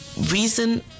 reason